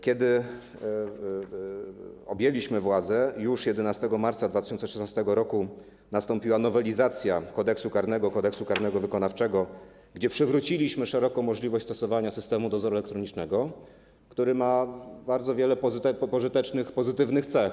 Kiedy objęliśmy władzę, już 11 marca 2016 r. nastąpiła nowelizacja Kodeksu karnego, Kodeksu karnego wykonawczego, gdzie przywróciliśmy szeroką możliwość stosowania systemu dozoru elektronicznego, który ma bardzo wiele pożytecznych, pozytywnych cech.